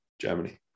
Germany